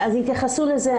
אז התייחסו לזה,